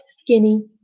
skinny